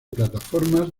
plataformas